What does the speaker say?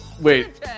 Wait